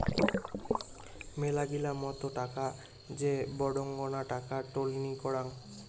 মেলাগিলা মত টাকা যে বডঙ্না টাকা টননি করাং